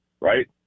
right